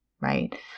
right